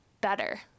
better